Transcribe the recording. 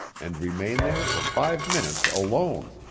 and remain there for five minutes alone.